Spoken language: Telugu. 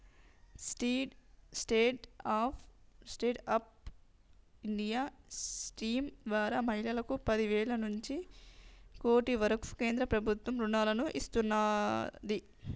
స్టాండ్ అప్ ఇండియా స్కీమ్ ద్వారా మహిళలకు పది లక్షల నుంచి కోటి వరకు కేంద్ర ప్రభుత్వం రుణాలను ఇస్తున్నాది